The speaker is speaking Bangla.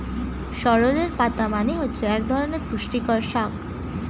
সোরেল পাতা মানে হচ্ছে এক ধরনের পুষ্টিকর শাক